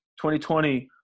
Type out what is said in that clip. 2020